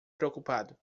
preocupado